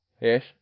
Yes